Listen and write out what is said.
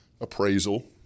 appraisal